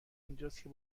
اینجاست